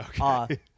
Okay